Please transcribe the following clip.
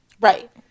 right